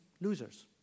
losers